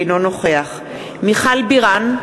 אינו נוכח מיכל בירן,